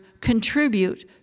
contribute